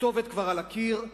הכתובת כבר על הקיר,